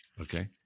okay